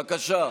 בבקשה.